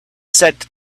said